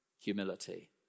Humility